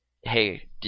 Hey